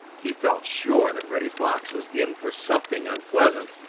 he felt sure that reddy fox was in for something unpleasant,